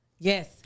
Yes